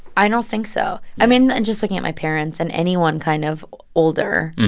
i don't think so. i mean, and just looking at my parents and anyone kind of older,